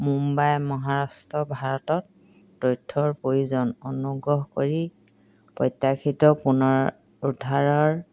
মুম্বাই মহাৰাষ্ট্ৰ ভাৰতত তথ্যৰ প্ৰয়োজন অনুগ্ৰহ কৰি প্ৰত্যাশিত পুনৰুদ্ধাৰৰ